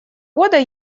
года